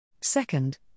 Second